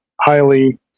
highly